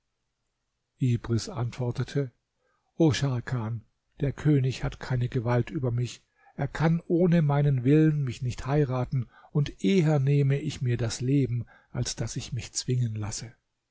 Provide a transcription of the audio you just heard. antwortete o scharkan der könig hat keine gewalt über mich er kann ohne meinen willen mich nicht heiraten und eher nehme ich mir das leben als daß ich mich zwingen lasse